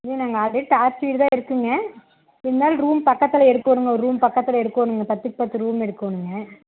ஏங்க நாங்கள் ஆறு பேர் ஜாஸ்தி தான் இருக்கோம்ங்க இருந்தாலும் ஒரு ரூமு பக்கத்தில் எடுக்கணும்ங்க ஒரு ரூம் பக்கத்தில் எடுக்கணும்ங்க பத்துக் பத்து ரூம் எடுக்கணும்ங்க